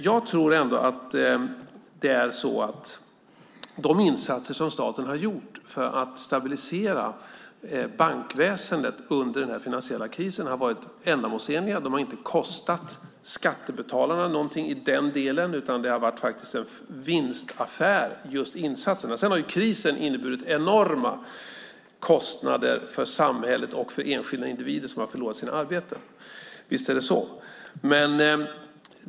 Jag tror att de insatser som staten har gjort för att stabilisera bankväsendet under den här finansiella krisen har varit ändamålsenliga. De har inte kostat skattebetalarna någonting i den delen, utan det har varit en vinstaffär när det gäller insatserna. Sedan har ju krisen inneburit enorma kostnader för samhället och för enskilda individer som har förlorat sina arbeten. Visst är det så.